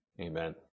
Amen